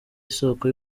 isoko